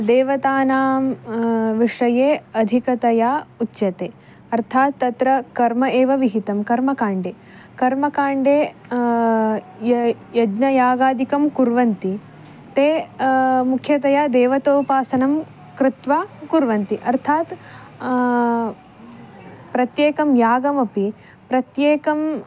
देवतानां विषये अधिकतया उच्यते अर्थात् तत्र कर्म एव विहितं कर्मकाण्डे कर्मकाण्डे ये यज्ञयागादिकं कुर्वन्ति ते मुख्यतया देवतोपासनं कृत्वा कुर्वन्ति अर्थात् प्रत्येकं यागमपि प्रत्येकम्